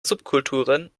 subkulturen